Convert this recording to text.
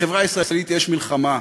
בחברה הישראלית יש מלחמה.